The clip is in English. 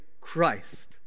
Christ